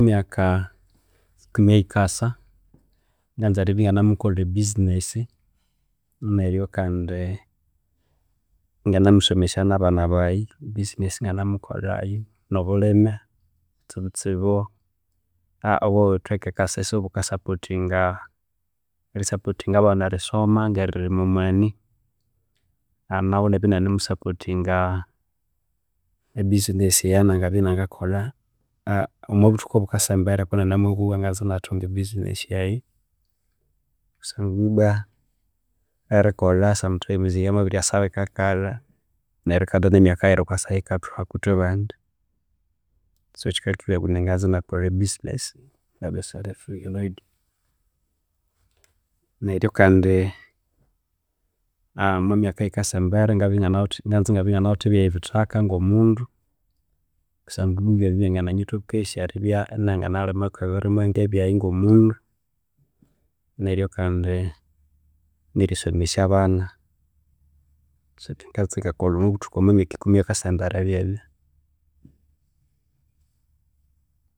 Emyaka ikumi eyikasa embere nganza eribya enganimukolha e business neryo kandi enganemusomesya nabana baghe, ebusiness enganemukolhayo no bulhime kutsibu kutsibu obwa ewethu e kasese obuka supportinga erisupportinga abana erisoma ngeri ririma omwani naghu ewabya enani mu supportings e business yaghu eyanganabye enengakolha omwa buthuku obukasa embere kunana mabugha nganza enathunga e business eyo kusangwa ibwa erikolha some times ryamabiryasa rikakalha neryu kandi ne myaka yirikwasa yikathuhwaku ithwe bandi so kikalheka engabugha indi nganza erikolha e business engabya engane self employed neryo kandi omwa myaka eyikasa embere mganza engabya enganawithe ebyaghe bithaka kusangwa ebyo bya ngamanyithokesya eribya enanganalimako ebirimwa byaghe ngo mundi neryo kandi nerisomesya abana so ebyanganza engakolha byebyo omwa buthu omwa myaka eyikasa ahembere byebu.